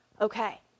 Okay